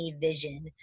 vision